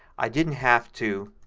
i didn't have to